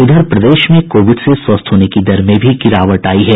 इधर प्रदेश में कोविड से स्वस्थ होने के दर में भी गिरावट आयी है